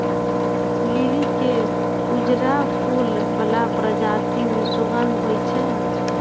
लिली के उजरा फूल बला प्रजाति मे सुगंध होइ छै